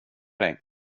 dig